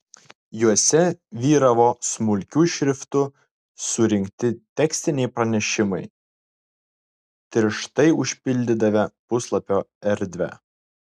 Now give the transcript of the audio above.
juose vyravo smulkiu šriftu surinkti tekstiniai pranešimai tirštai užpildydavę puslapio erdvę